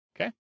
Okay